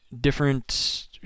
different